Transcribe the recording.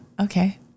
Okay